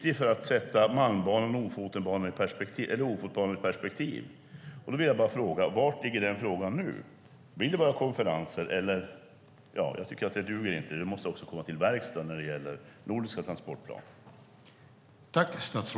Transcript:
Blir det bara konferenser? Det duger inte, utan det måste också komma till verkstad när det gäller nordiska transportplaner.